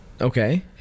okay